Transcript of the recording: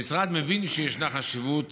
המשרד מבין שיש חשיבות